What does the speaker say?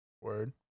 Word